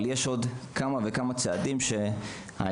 אבל יש עוד כמה וכמה צעדים שצריכים להיעשות,